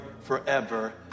forever